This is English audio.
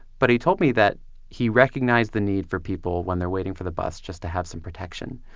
but he told me that he recognized the need for people when they're waiting for the bus just to have some protection.